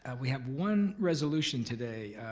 we have one resolution today,